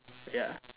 ya